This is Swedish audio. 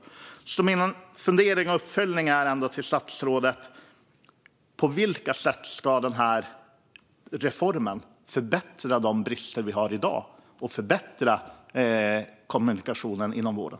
Min fundering och uppföljningsfråga till statsrådet är: På vilka sätt ska den här reformen förbättra de brister vi har i dag och förbättra kommunikationen inom vården?